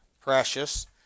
precious